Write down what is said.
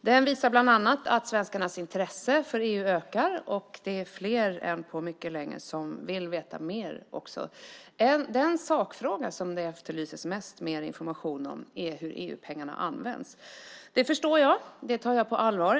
Den visar bland annat att svenskarnas intresse för EU ökar. Det är nu fler än på mycket länge som vill veta mer. Den sakfråga som man mest efterlyser mer information om är den om hur EU-pengarna används. Det förstår jag, och det tar jag på allvar.